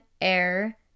Air